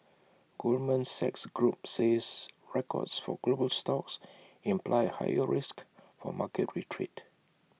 Goldman Sachs group says records for global stocks imply A higher risk for market retreat